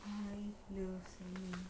I love salmon